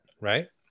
right